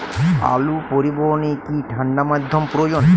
আলু পরিবহনে কি ঠাণ্ডা মাধ্যম প্রয়োজন?